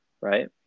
right